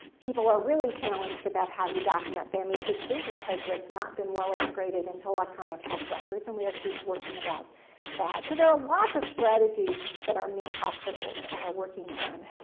people are really challenged about how you document family history because that's not been well-integrated into electronic health records, and we have groups working about that. so there are lots of strategies that our minc hospitals are working on.